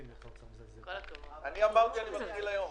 דברים שאולי לא נוח לו לשמוע.